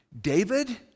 David